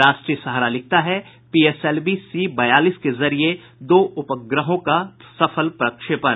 राष्ट्रीय सहारा लिखता है पीएसएलवी सी बयालीस के जरिये दो उपग्रहों का सफल प्रक्षेपण